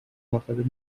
مرتبط